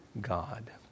God